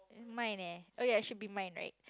mine eh ya should be mine right